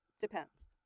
depends